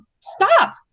stop